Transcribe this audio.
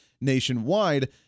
nationwide